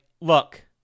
Look